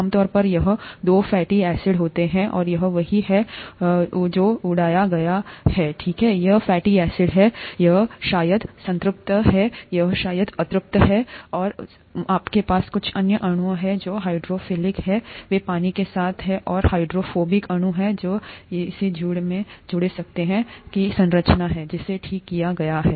आमतौर पर यहाँ दो फैटी एसिड होते हैं और यह वही है जोउड़ाया गया यहाँ है ठीक है ये फैटी एसिड हैं यह शायद संतृप्त है यह शायद असंतृप्त है और आपके पास कुछ अन्य अणु हैं जो हाइड्रोफिलिक हैं वे पानी के साथ हैं और ये हाइड्रोफोबिक अणु हैं और यह इस जोड़ी में से एक की संरचना है जिसे ठीक किया गया है